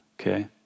Okay